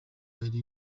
ari